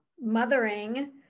mothering